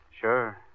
Sure